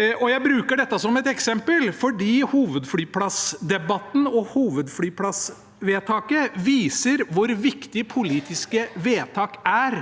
Jeg bruker dette som et eksempel fordi hovedflyplassdebatten og hovedflyplassvedtaket viser hvor viktige politiske vedtak er